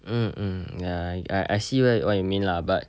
mm mm ya I I see what you what you mean lah but